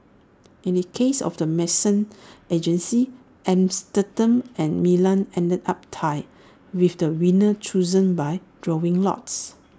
in the case of the medicines agency Amsterdam and Milan ended up tied with the winner chosen by drawing lots